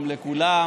שלך,